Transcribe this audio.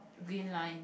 green line